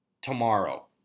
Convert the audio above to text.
tomorrow